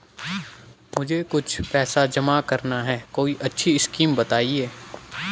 मुझे कुछ पैसा जमा करना है कोई अच्छी स्कीम बताइये?